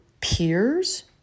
peers